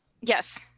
Yes